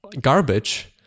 garbage